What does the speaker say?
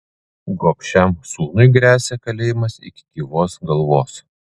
gobšiam sūnui gresia kalėjimas iki gyvos galvos